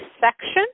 section